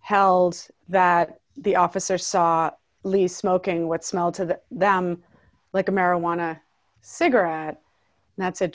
held that the officers saw least smoking what smelled to them like a marijuana cigarette that's a